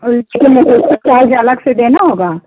और चार्ज अलग से देना होगा